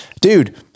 dude